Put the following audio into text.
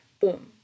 Boom